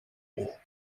haut